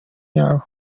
yabo